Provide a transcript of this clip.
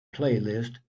playlist